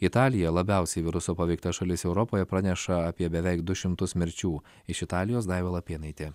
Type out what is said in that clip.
italija labiausiai viruso paveikta šalis europoje praneša apie beveik du šimtus mirčių iš italijos daiva lapėnaitė